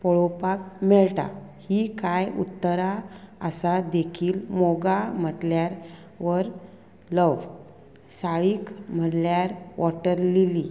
पळोवपाक मेळटा ही कांय उत्तरा आसा देखील मोगा म्हटल्यार वर लव साळीक म्हटल्यार वॉटर लिली